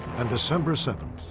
and december seven.